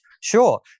Sure